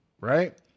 Right